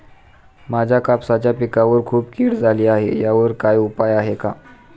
माझ्या कापसाच्या पिकावर खूप कीड झाली आहे यावर काय उपाय आहे का?